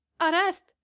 arrest